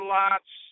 lots